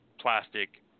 plastic